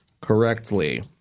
correctly